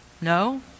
No